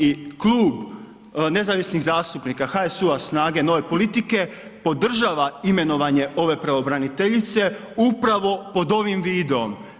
I klub nezavisnih zastupnika, HSU-a, SNAGA-e, Nove politike podržava imenovanje ove pravobraniteljice upravo pod ovim vidom.